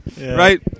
right